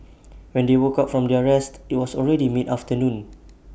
when they woke up from their rest IT was already mid afternoon